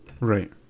Right